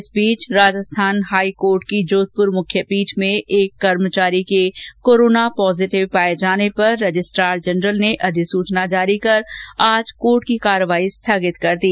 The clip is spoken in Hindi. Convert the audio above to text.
इस बीच राजस्थान हाईकोर्ट जोधपुर मुख्यपीठ में एक कर्मचारी के कोरोना पॉजिटिव पाए जाने पर रजिस्ट्रार जनरल ने अधिसूचना जारी कर आज कोर्ट की कार्यवाही स्थगित कर दी